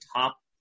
top